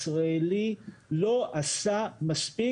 הוא הביע ביקורת שהצד הישראלי לא עשה מספיק